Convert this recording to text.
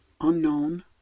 unknown